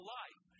life